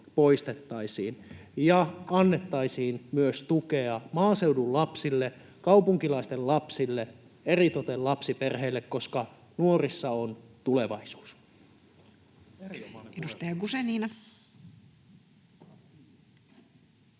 poistettaisiin. Ja annettaisiin myös tukea maaseudun lapsille, kaupunkilaisten lapsille, eritoten lapsiperheille, koska nuorissa on tulevaisuus.